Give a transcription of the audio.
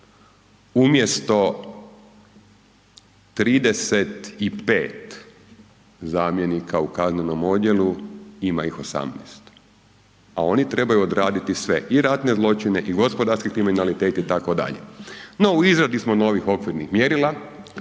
umjesto 35 zamjenika u kaznenom odjelu, ima ih 18 a oni trebaju odraditi sve, i ratne zločine i gospodarski kriminalitet itd. no u izradi smo novih okvirnih mjerila,